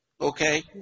Okay